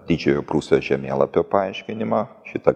didžiojo prūsijos žemėlapio paaiškinimą šitą